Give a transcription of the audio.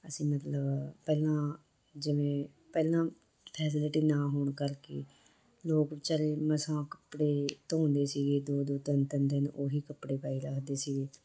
ਅਸੀਂ ਮਤਲਵ ਪਹਿਲਾਂ ਜਿਵੇਂ ਪਹਿਲਾਂ ਫੈਸੀਲਿਟੀ ਨਾ ਹੋਣ ਕਰਕੇ ਲੋਕ ਵਿਚਾਰੇ ਮਸਾਂ ਕੱਪੜੇ ਧੋਂਦੇ ਸੀਗੇ ਦੋ ਦੋ ਤਿੰਨ ਤਿੰਨ ਦਿਨ ਉਹ ਹੀ ਕੱਪੜੇ ਪਾਈ ਰੱਖਦੇ ਸੀਗੇ